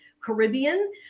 caribbean